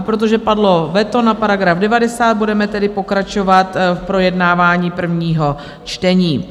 Protože padlo veto na § 90, budeme tedy pokračovat v projednávání prvního čtení.